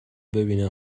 ببینن